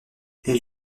elle